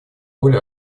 роль